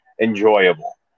enjoyable